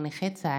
הוא נכה צה"ל.